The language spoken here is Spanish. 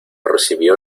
recibió